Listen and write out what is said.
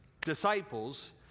disciples